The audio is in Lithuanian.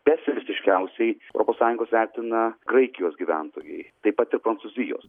pesimistiškiausiai europos sąjungos vertina graikijos gyventojai taip pat ir prancūzijos